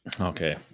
Okay